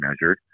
measured